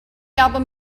album